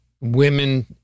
women